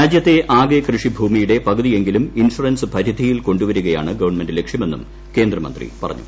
രാജ്യത്തെ ആകെ കൃഷിഭൂമിയുടെ പകുതിയെങ്കിലും ഇൻഷുറൻസ് പരിധിയിൽ കൊണ്ടുവരുകയാണ് ഗവൺമെന്റ് ലക്ഷ്യ മെന്നും കേന്ദ്രമന്ത്രി പറഞ്ഞു